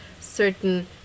certain